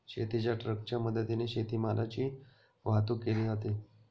शेतीच्या ट्रकच्या मदतीने शेतीमालाची वाहतूक केली जाते